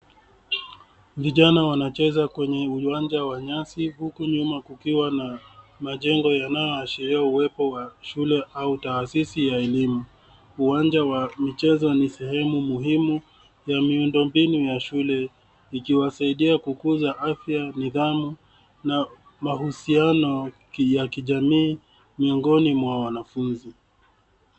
Vijana wanacheza kwenye uwanja wa nyasi huku nyuma kukiwa na majengo yanayoashiria uwepo wa shule au taasisi ya elimu. Uwanja wa michezo ni sehemu muhimu ya miundombinu ya shule ikiwasaidia kukuza afya, nidhamu na mahusiano ya kijamii miongoni mwa wanafunzi.